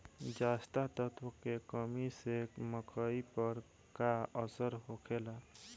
जस्ता तत्व के कमी से मकई पर का असर होखेला?